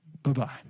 Bye-bye